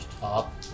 top